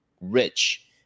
rich